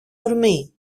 ορμή